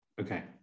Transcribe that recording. Okay